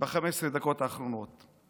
ב-15 הדקות האחרונות,